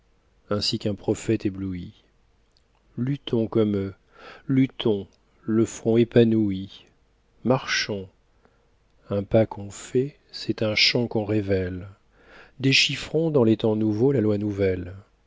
ainsi qu'un prophète ébloui luttons comme eux luttons le front épanoui marchons un pas qu'on fait c'est un champ révèle déchiffrons dans les temps nouveaux la loi nouvelle